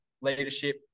leadership